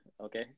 okay